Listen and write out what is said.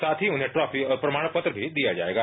साथ श्री उन्हें ट्रॉफी और प्रमाण पत्र मी दिया जायेगा